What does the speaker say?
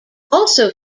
also